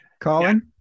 Colin